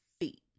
feet